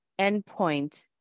endpoint